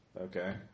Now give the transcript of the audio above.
Okay